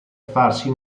farsi